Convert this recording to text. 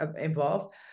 involved